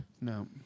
No